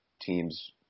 teams